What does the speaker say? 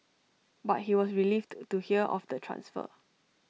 but he was relieved to to hear of the transfer